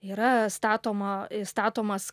yra statoma įstatomas